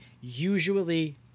usually